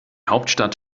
hauptstadt